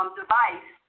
device